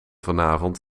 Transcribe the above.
vanavond